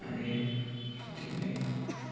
अनि यति नै